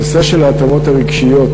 הנושא של ההתאמות הרגשיות,